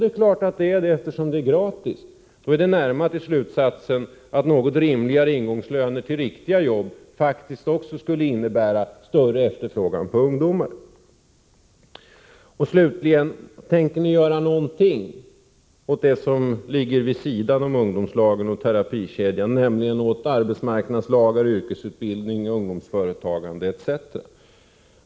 Det är självklart, eftersom arbetskraften är gratis, men då är det också nära till slutsatsen att något rimligare ingångslöner till riktiga jobb skulle innebära större efterfrågan på ungdomar. 8. Tänker ni göra någonting åt det som ligger vid sidan om ungdomslagen och terapikedjan, nämligen arbetsmarknadslagen, yrkesutbildning och ungdomsföretagande etc?